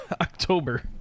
october